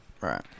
Right